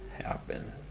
happen